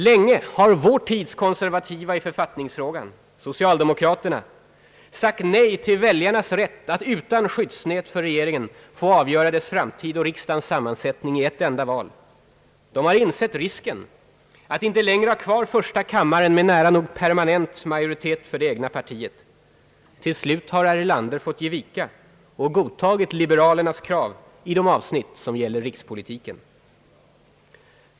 — Länge har vår tids konservativa i författningsfrågan, socialdemokraterna, sagt nej till väljarnas rätt att utan skyddsnät för regeringen få avgöra dess framtid och riksdagens sammansättning i ett enda val. De har insett risken att inte längre ha kvar första kammaren med nära nog permanent majoritet för det egna partiet. Till slut har herr Erlander fått ge vika och godtagit liberalernas krav i de avsnitt som gäller rikspolitiken.